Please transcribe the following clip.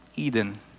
Eden